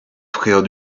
frère